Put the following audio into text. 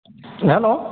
hello